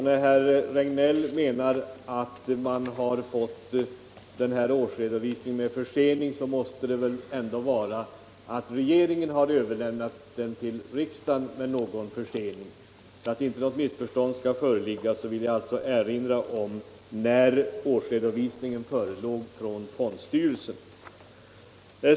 När herr Regnéll menar att man har fått årsredovisningen 21 med försening, så måste han väl mena att regeringen överlämnat den till riksdagen sent. Jag har därför velat erinra om när årsredovisningen förelåg från fondstyrelsen.